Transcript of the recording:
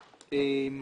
חיובית.